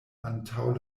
antaŭ